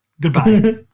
Goodbye